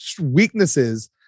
weaknesses